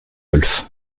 golf